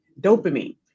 Dopamine